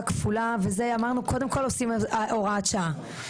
כפולה ואת זה אמרנו קודם כל עושים הוראת שעה.